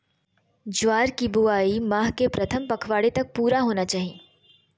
ज्वार की बुआई माह के प्रथम पखवाड़े तक पूरा होना चाही